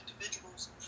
individuals